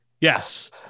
yes